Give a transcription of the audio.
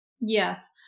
Yes